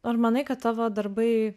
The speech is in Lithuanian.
ar manai kad tavo darbai